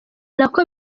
nako